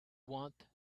want